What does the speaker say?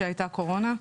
אז הייתה הקורונה.